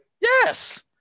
Yes